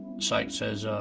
psych says,